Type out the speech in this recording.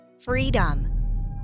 freedom